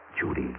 Judy